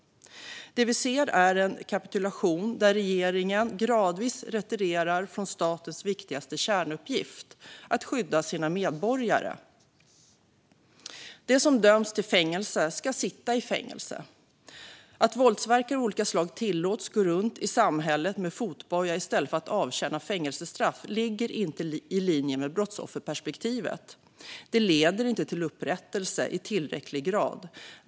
Det vi ser är en kapitulation. Regeringen retirerar gradvis från statens viktigaste kärnuppgift: att skydda sina medborgare. De som döms till fängelse ska sitta i fängelse. Att våldsverkare av olika slag tillåts gå runt i samhället med fotboja i stället för att avtjäna fängelsestraff är inte i linje med brottsofferperspektivet. Det leder inte till upprättelse i tillräcklig grad.